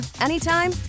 anytime